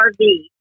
RV